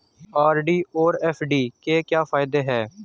RD और FD के क्या फायदे हैं?